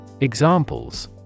Examples